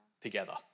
together